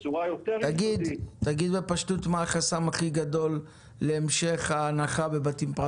תגיד בפשטות מה החסם הכי גדול להמשך ההנחה בבתים פרטיים.